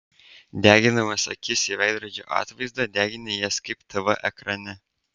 degindamas akis į veidrodžio atvaizdą degini jas kaip tv ekrane